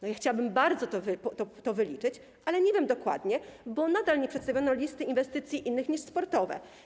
Bardzo chciałabym to wyliczyć, ale nie wiem dokładnie, bo nadal nie przedstawiono listy inwestycji innych niż sportowe.